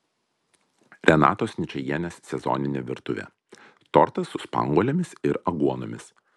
renatos ničajienės sezoninė virtuvė tortas su spanguolėmis ir aguonomis